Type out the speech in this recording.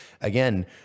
again